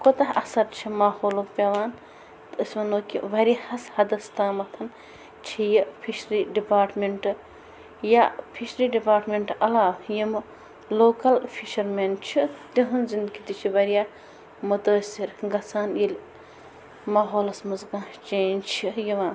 کوٗتاہ اثر چھِ ماحولُک پیٚوان أسۍ وَنَو کہِ واریاہَس حدَس تامَتھ چھِ یہِ فِشری ڈِپاٹمنٛٹ یا فِشری ڈِپاٹمنٛٹ علاوٕ یِمہٕ لوکَل فِشَر مین چھِ تِہنٛز زنٛدگی تہِ چھِ واریاہ مُتٲثِر گژھان ییٚلہِ ماحولَس منٛز کانٛہہ چینج چھِ یِوان